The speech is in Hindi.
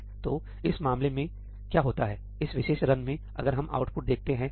तो इस मामले में क्या होता है इस विशेष रन में अगर हम आउटपुट देखते हैं